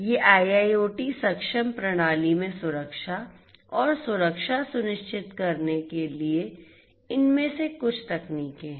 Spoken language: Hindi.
ये IIoT सक्षम प्रणाली में सुरक्षा और सुरक्षा सुनिश्चित करने के लिए इनमें से कुछ तकनीकें हैं